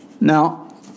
Now